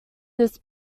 this